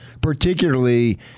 particularly